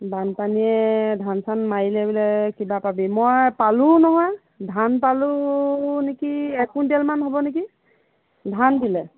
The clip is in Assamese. বানপানীয়ে ধান চান মাৰিলে বোলে কিবা পাবি মই পালোঁও নহয় ধান পালোঁ নেকি এক কুইণ্টেলমান হ'ব নেকি ধান দিলে